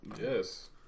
yes